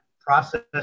process